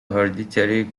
hereditary